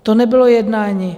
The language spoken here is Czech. To nebylo jednání.